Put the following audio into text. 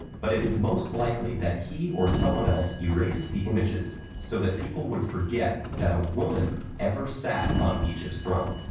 but it is most likely that he or someone else erased the images so that people would forget that a woman ever sat on egypt's throne.